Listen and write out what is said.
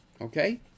Okay